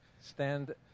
stand